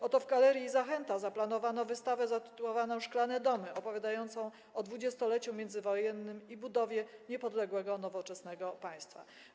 Oto w galerii Zachęta zaplanowano wystawę zatytułowaną „Szklane domy”, opowiadającą o XX-leciu międzywojennym i budowie niepodległego, nowoczesnego państwa.